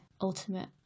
ultimate